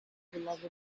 beloved